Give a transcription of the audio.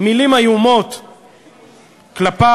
מילים איומות כלפיו,